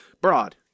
Broad